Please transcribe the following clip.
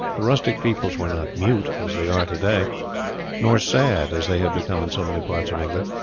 the rustic peoples were not mute, as they are to-day nor sad, as they have become in so many parts of england.